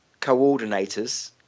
coordinators